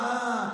אה,